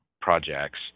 projects